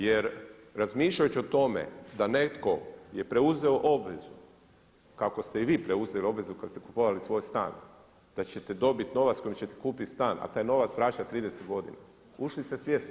Jer razmišljajući o tome da je netko preuzeo obvezu kako ste i vi preuzeli obvezu kada ste kupovali svoj stan da ćete dobiti novac s kojim ćete kupiti stan, a taj novac vraćati 30 godina, ušli ste svjesno.